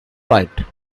right